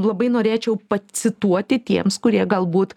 labai norėčiau pacituoti tiems kurie galbūt